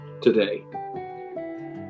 today